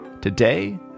Today